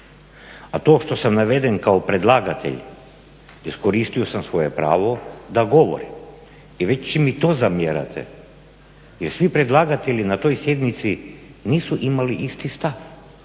A to što sam naveden kao predlagatelj, iskoristio sam svoje pravo da govorim i već mi to zamjerate jer svi predlagatelji na toj sjednici nisu imali isti stav.